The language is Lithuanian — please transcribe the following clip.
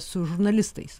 su žurnalistais